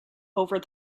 over